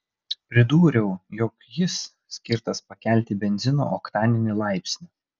pridūriau jog jis skirtas pakelti benzino oktaninį laipsnį